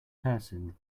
person